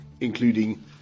including